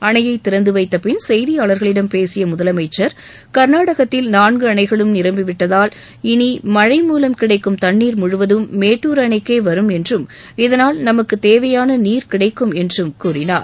அனைய திறந்து வைத்த பின் செய்தியாளர்களிடம் பேசிய முதலமைச்சர் கர்நாடகத்தில் நான்கு அணைகளும் நிரம்பிவிட்டதால் இனி மழை மூலம் கிடைக்கும் தண்ணீர் முழுவதும் மேட்டுர் அணைக்கே வரும் என்றும் இதனால் நமக்கு தேவையான நீர் கிடைக்கும் என்றும் கூறினார்